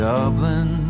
Dublin